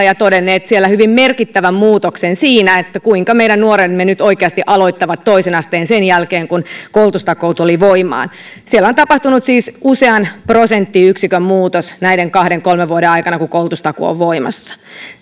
ja todenneet siellä hyvin merkittävän muutoksen siinä kuinka meidän nuoremme nyt oikeasti ovat aloittaneet toisen asteen sen jälkeen kun koulutustakuu tuli voimaan siellä on tapahtunut siis usean prosenttiyksikön muutos näiden kahden kolmen vuoden aikana kun koulutustakuu on ollut voimassa